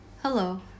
Hello